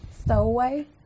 Stowaway